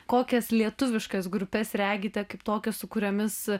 kokias lietuviškas grupes regite kaip tokias su kuriomis